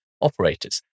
operators